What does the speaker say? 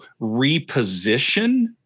reposition